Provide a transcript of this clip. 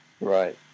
Right